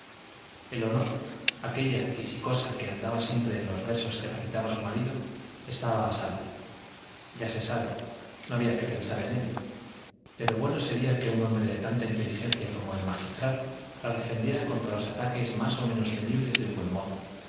el honor aquella quisicosa que andaba siempre en los versos que recitaba su marido estaba a salvo ya se sabe no había que pensar en él pero bueno sería que un hombre de tanta inteligencia como el magistral la defendiera contra los ataques más o